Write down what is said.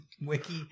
Wiki